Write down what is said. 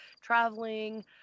traveling